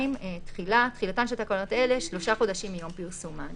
2. תחילתן של תקנות אלה, 3 חודשים מיום פרסומן.